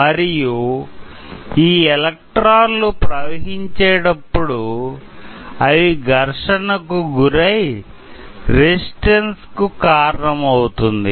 మరియు ఈ ఎలెక్ట్రాన్లు ప్రవహించేడప్పుడు అవి ఘర్షణ కు గురై రెసిస్టన్స్ కు కారణమవుతుంది